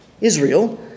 Israel